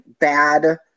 bad